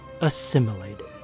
assimilated